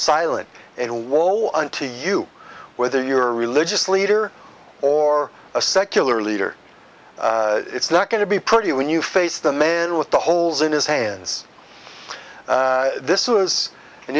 silent and a wall on to you whether you're a religious leader or a secular leader it's not going to be pretty when you face the man with the holes in his hands this is an